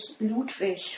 Ludwig